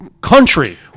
country